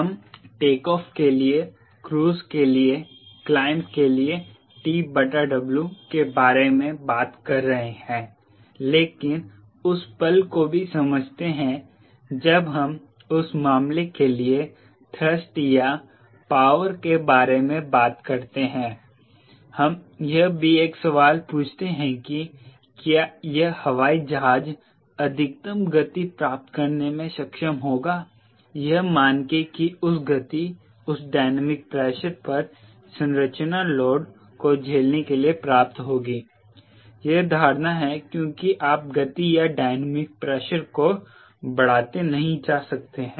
हम टेकऑफ के लिए क्रूज़ के लिए क्लाइंब के लिए TW के बारे में बात कर रहे हैं लेकिन उस पल को भी समझते हैं जब हम उस मामले के लिए थ्रस्ट या पॉवर के बारे में बात करते हैं हम यह भी एक सवाल पूछते हैं कि क्या यह हवाई जहाज अधिकतम गति प्राप्त करने में सक्षम होगा यह मान के की उस गति उस डायनामिक प्रेशर पर संरचना लोड को झेलने के लिए पर्याप्त होगी यह धारणा है क्योंकि आप गति या डायनामिक प्रेशर को बढ़ाते नहीं जा सकते हैं